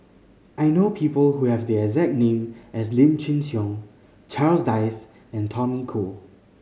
I know people who have the exact name as Lim Chin Siong Charles Dyce and Tommy Koh